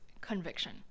conviction